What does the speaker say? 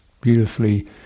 beautifully